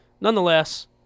Nonetheless